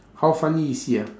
how funny is he ah